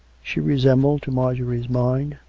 she resembled, to marjorie's mind,